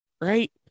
right